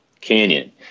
Canyon